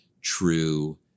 true